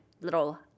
little